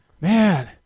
man